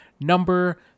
number